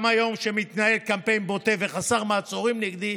גם היום, כשמתנהל קמפיין בוטה וחסר מעצורים נגדי,